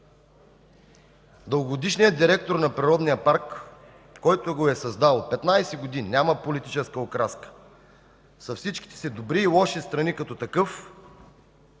Дългогодишният директор на Природния парк, който го е създал преди 15 години, няма политическа окраска, с всичките си добри и лоши страни като такъв,